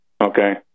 okay